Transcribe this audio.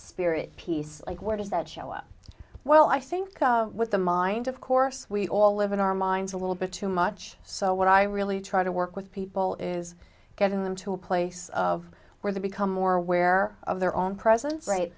spirit piece like where does that show up well i think with the mind of course we all live in our minds a little bit too much so what i really try to work with people is getting them to a place of where they become more aware of their own presence right